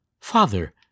Father